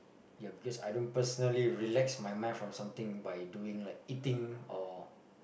yes because I don't personally relax my mind from something by doing like eating or